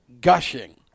gushing